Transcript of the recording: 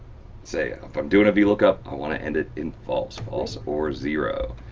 say ah if i'm doing a vlookup, i want to end it in false false or zero.